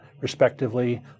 respectively